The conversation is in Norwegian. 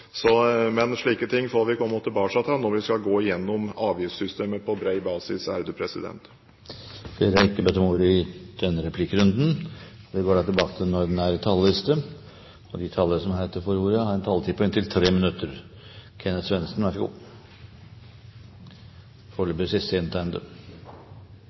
Men slike ting får vi komme tilbake til når vi skal gå gjennom avgiftssystemet på bred basis. Replikkordskiftet er over. De talere som heretter får ordet, har en taletid på inntil 3 minutter. Flere talere har sammenlignet inntektsnivået i Norge med inntektsnivået i andre land og regnet ut bensinprisen etter det. Det er nok for så